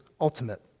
ultimate